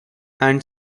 and